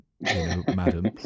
madam